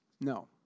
No